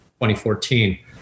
2014